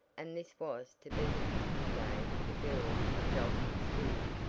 and this was to be the picnic day for the girls of dalton school.